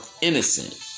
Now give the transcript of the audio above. innocent